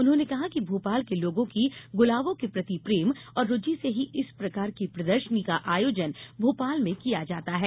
उन्होंने कहा कि भोपाल के लोगों की गुलाबों के प्रति प्रेम और रुर्चि से ही इस प्रकार की प्रदर्शनी का आयोजन भोपाल में किया जाता हैं